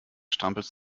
strampelst